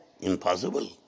Impossible